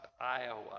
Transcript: Iowa